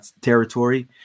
territory